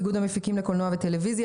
איגוד המפיקים לקולנוע וטלוויזיה.